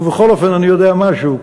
ובכל אופן, אני יודע משהו.